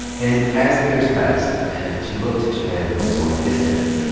and as the years passed, and she looked at japan with some more distance,